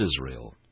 Israel